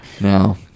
no